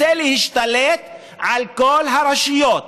רוצה להשתלט על כל הרשויות,